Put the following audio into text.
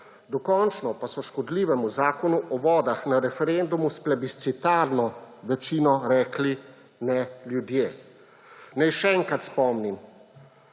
dokončno pa so škodljivemu Zakonu o vodah na referendumu s plebiscitarno večino rekli: »Ne!» ljudje. Naj še enkrat spomnim,